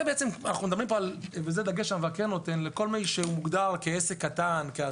אנחנו מדברים פה על כל מי שמוגדר כעסק קטן.